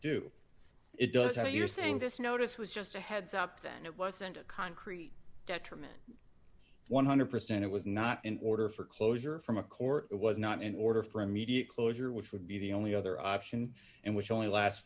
do it does how you're saying this notice was just a heads up that it wasn't a concrete gutterman one hundred percent it was not in order for closure from a court it was not in order for immediate closure which would be the only other option and which only last